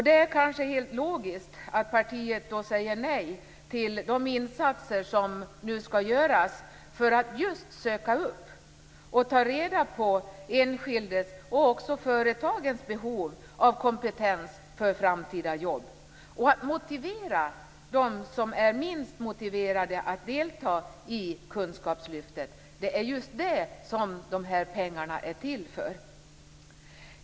Det är kanske helt logiskt att partiet då säger nej till de insatser som nu skall göras för att just söka upp människor och ta reda på de enskildas och företagens behov av kompetens för framtida jobb samt motivera dem som är minst motiverade att delta i kunskapslyftet. Det är just det som dessa pengar är till för.